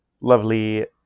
lovely